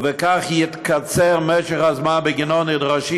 ובכך יתקצר משך הזמן שבגינו נדרשים